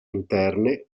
interne